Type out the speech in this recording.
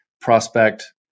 prospect